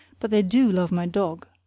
but they do love my dog.